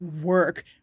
work